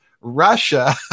Russia